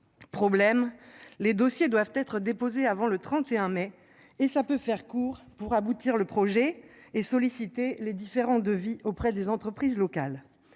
Problème, les dossiers doivent être déposés avant le 31 mai et ça peut faire cours pour aboutir le projet et sollicité les différents devis auprès des entreprises locales.